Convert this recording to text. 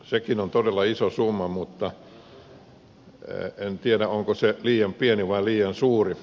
sekin on todella iso summa mutta en tiedä onko se liian pieni vai liian suuri